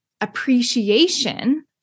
appreciation